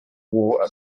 wore